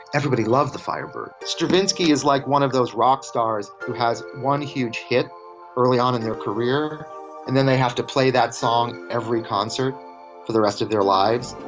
everybody loved the firebird. stravinsky is like one of those rock stars who has one huge hit early on in their career and then they have to play that song every concert for the rest of their lives.